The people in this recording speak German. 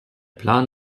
plan